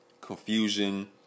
confusion